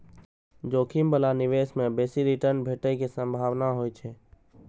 जोखिम बला निवेश मे बेसी रिटर्न भेटै के संभावना होइ छै